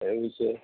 એવું છે